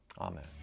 Amen